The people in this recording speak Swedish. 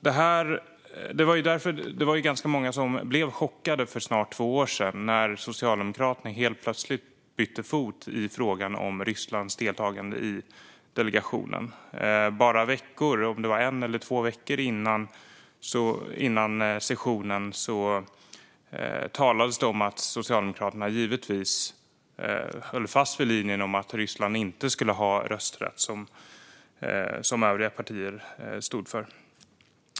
Det var många som för snart två år sedan blev chockade när Socialdemokraterna helt plötsligt bytte fot i frågan om Rysslands deltagande i delegationen. Bara veckor innan sessionen talades det om att Socialdemokraterna givetvis höll fast vid linjen om att Ryssland inte skulle ha rösträtt, vilket övriga partier stod för.